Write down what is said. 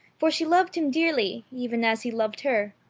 for she loved him dearly, even as he loved her.